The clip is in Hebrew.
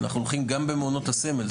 אנחנו הולכים גם במעונות הסמל,